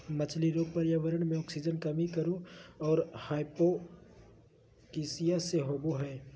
मछली रोग पर्यावरण मे आक्सीजन कमी और हाइपोक्सिया से होबे हइ